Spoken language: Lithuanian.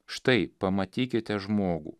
štai pamatykite žmogų